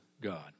God